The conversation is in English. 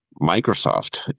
Microsoft